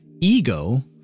ego